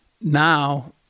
Now